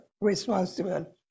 responsible